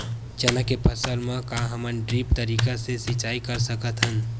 चना के फसल म का हमन ड्रिप तरीका ले सिचाई कर सकत हन?